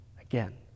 again